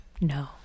No